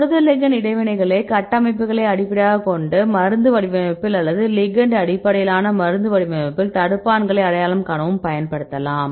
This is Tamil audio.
புரத லிகெண்ட் இடைவினைகளை கட்டமைப்புகளை அடிப்படையாகக் கொண்ட மருந்து வடிவமைப்பில் அல்லது லிகெண்ட் அடிப்படையிலான மருந்து வடிவமைப்பில் தடுப்பான்களை அடையாளம் காணவும் பயன்படுத்தலாம்